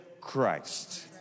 Christ